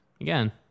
again